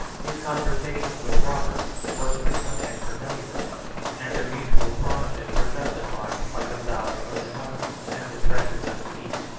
his conversations with robert were frequent and familiar and their mutual promises were justified by the valor of the normans and the treasures of the east.